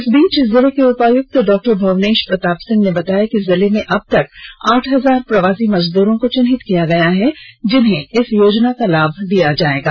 इस बीच जिले के उपायुक्त डॉ भुवनेष प्रताप सिंह ने बताया कि जिले में अब तक आठ हजार प्रवासी मजदूरों को चिन्हित किया गया है जिन्हें इस योजना का लाभ दिया जायेगा